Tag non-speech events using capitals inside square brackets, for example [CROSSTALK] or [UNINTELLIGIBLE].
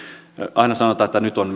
aina sanotaan että nyt on [UNINTELLIGIBLE]